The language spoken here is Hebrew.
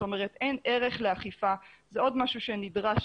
זאת אומרת, אין ערך לאכיפה וזה עוד משהו שנדרש.